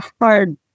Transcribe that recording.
hard